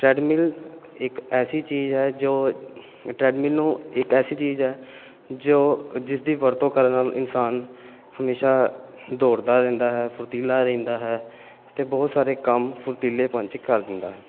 treadmill ਇੱਕ ਐਸੀ ਚੀਜ਼ ਹੈ ਜੋ ਟ੍ਰੈਡਮਿਲ ਨੂੰ ਇੱਕ ਐਸੀ ਚੀਜ਼ ਹੈ ਜੋ ਜਿਸ ਦੀ ਵਰਤੋਂ ਕਰਨ ਨਾਲ ਇਨਸਾਨ ਹਮੇਸ਼ਾ ਦੌੜਦਾ ਰਹਿੰਦਾ ਹੈ ਫੁਰਤੀਲਾ ਰਹਿੰਦਾ ਹੈ ਅਤੇ ਬਹੁਤ ਸਾਰੇ ਕੰਮ ਫੁਰਤੀਲੇਪਨ 'ਚ ਕਰ ਦਿੰਦਾ ਹੈ